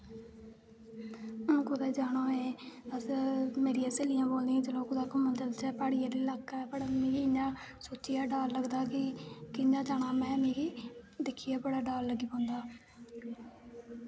हून कुतै जाना होऐ अस मेरियां स्हेलियां बोलदियां चलो कुतै घूमन चलचै प्हाड़ी आह्ले इलाके च पर मिगी इ'यां सोचियै डर लगदा कि कि'यां जाना में मिगी दिक्खियै बडा डर लग्गी जंदा